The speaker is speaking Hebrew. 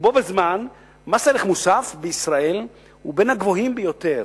בו בזמן מס ערך מוסף בישראל הוא בין הגבוהים ביותר